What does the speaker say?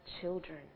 children